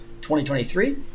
2023